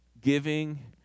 giving